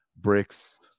Bricks